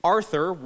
Arthur